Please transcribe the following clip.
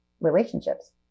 relationships